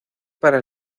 para